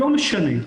לא משנה.